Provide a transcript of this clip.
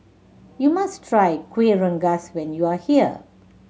you must try Kueh Rengas when you are here